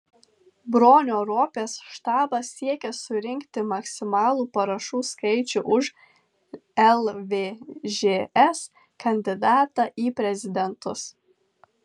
bronio ropės štabas siekia surinkti maksimalų parašų skaičių už lvžs kandidatą į prezidentus